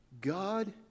God